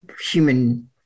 human